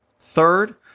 Third